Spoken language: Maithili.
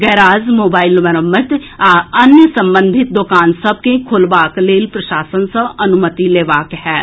गैराज मोबाईल मरम्मति आ अन्य संबंधित दोकान सभ के खोलबाक लेल प्रशासन सँ अनुमति लेबाक होयत